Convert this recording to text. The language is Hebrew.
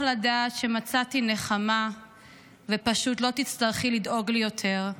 לדעת שמצאתי נחמה ופשוט לא תצטרכי לדאוג לי יותר".